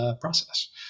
process